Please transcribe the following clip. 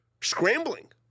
scrambling